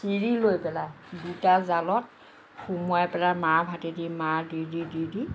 চিৰি লৈ পেলাই দুটা জালত সোমোৱাই পেলাই মাৰভাতেদি মাৰ দি দি দি দি